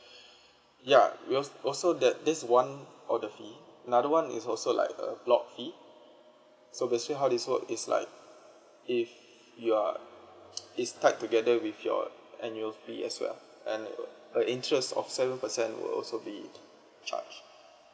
ya we als~ also that this one order fee another one is also like a block fee so basically how this work is like if you are is tied together with your and annual fee as well and uh interest of seven percent will also be charged